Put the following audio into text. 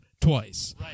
twice